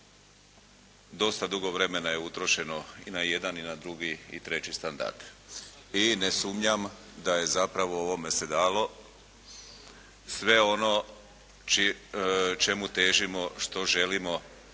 dosta dugo vremena je utrošeni i na jedan, i na drugi, i na treći standard i ne sumnjam da je zapravo ovome se dalo sve ono čemu težimo, što želimo